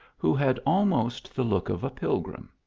who had almost the look of a pilgrim.